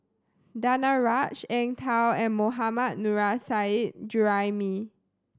Danaraj Eng Tow and Mohammad Nurrasyid Juraimi